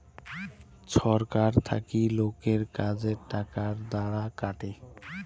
ছরকার থাকি লোকের কাজের টাকার দ্বারা কাটে